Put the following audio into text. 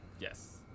yes